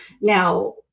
Now